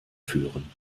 führen